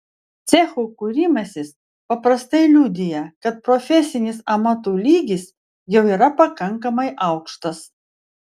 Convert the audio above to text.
cechų kūrimasis paprastai liudija kad profesinis amatų lygis jau yra pakankamai aukštas